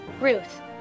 Ruth